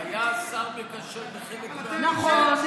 היה שר מקשר בחלק מהמקרים, ותבדקי.